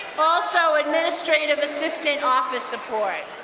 also administrative assistant office support.